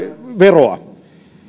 veroa